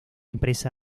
empresa